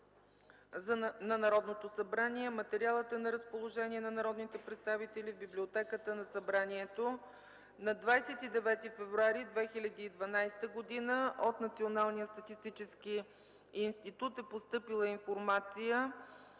на Народното събрание. Материалът е на разположение на народните представители в Библиотеката на Народното събрание. На 29 февруари 2012 г. от Националния статистически институт е постъпила информация